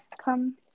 come